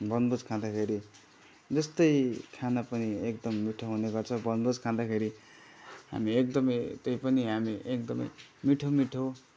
बनभोज खाँदाखेरि जस्तै खाना पनि एकदम मिठो हुने गर्छ बनभोज खाँदाखेरि हामी एकदमै त्यही पनि हामी एकदमै मिठो मिठो